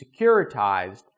securitized